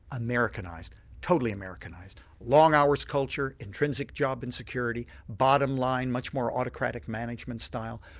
americanised. totally americanised long hours culture, intrinsic job insecurity, bottom line much more autocratic management style,